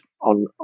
on